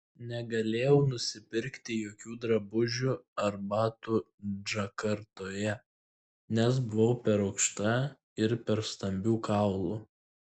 negalėjau nusipirkti jokių drabužių ar batų džakartoje nes buvau per aukšta ir per stambių kaulų